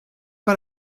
pas